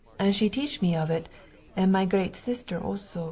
and she teach me of it and my great sister also